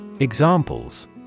Examples